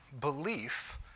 belief